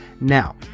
Now